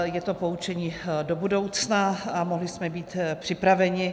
Je to poučení do budoucna a mohli jsme být připraveni.